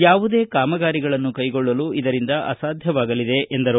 ಯಾವುದೇ ಕಾಮಗಾರಿಗಳನ್ನು ಕೈಗೊಳ್ಳಲು ಇದರಿಂದ ಅಸಾಧ್ಯವಾಗಲಿದೆ ಎಂದರು